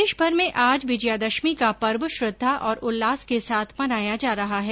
प्रदेशभर में आज विजयदशमी का पर्व श्रद्धा और उल्लास के साथ मनाया जा रहा है